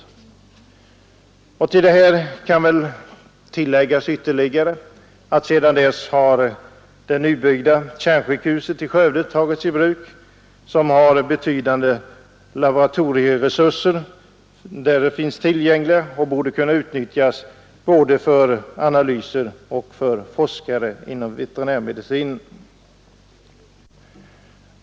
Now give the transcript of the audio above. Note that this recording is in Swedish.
Det kan tilläggas att sedan utredningen gjordes har det nybyggda Kärnsjukhuset i Skövde tagits i bruk. Där finns betydande laboratorieresurser tillgängliga som borde kunna utnyttjas både för analyser och av forskare inom veterinärmedicinen.